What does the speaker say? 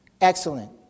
Excellent